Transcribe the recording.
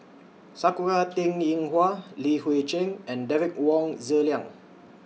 Sakura Teng Ying Hua Li Hui Cheng and Derek Wong Zi Liang